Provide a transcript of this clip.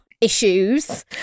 issues